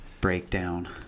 breakdown